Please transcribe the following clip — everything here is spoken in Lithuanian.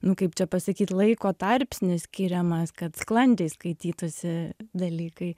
nu kaip čia pasakyt laiko tarpsnis skiriamas kad sklandžiai skaitytųsi dalykai